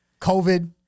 COVID